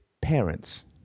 parents